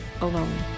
alone